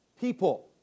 people